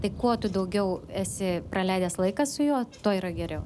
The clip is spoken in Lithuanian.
tai kuo tu daugiau esi praleidęs laiką su juo tuo yra geriau